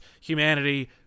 humanity